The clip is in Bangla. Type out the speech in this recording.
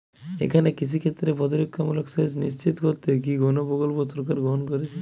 এখানে কৃষিক্ষেত্রে প্রতিরক্ষামূলক সেচ নিশ্চিত করতে কি কোনো প্রকল্প সরকার গ্রহন করেছে?